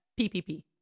PPP